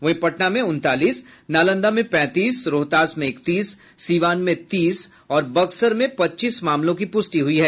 वहीं पटना में उनतालीस नालंदा में पैंतीस रोहतास में इकतीस सिवान में तीस और बक्सर में पच्चीस मामलों की पुष्टि हुई है